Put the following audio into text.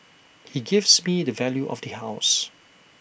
he gives me the value of the house